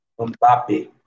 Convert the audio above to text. Mbappe